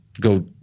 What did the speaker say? go